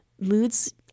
moods